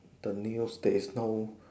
the news there is no